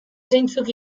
zeintzuk